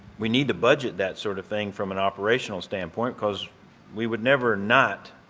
we need to budget that sort of thing from an operational standpoint cause we would never not